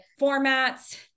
formats